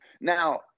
Now